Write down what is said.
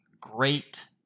great